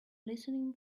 listening